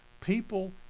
People